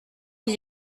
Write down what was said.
d’y